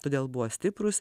todėl buvo stiprūs